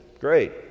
Great